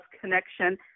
connection